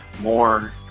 more